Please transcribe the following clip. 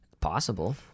possible